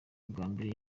ubwambere